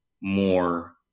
more